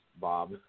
Bob